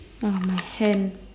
ah my hand